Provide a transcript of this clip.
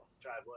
driveway